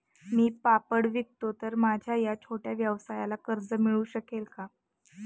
मी पापड विकतो तर माझ्या या छोट्या व्यवसायाला कर्ज मिळू शकेल का?